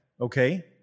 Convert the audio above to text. Okay